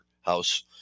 House